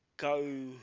go